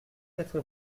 quatre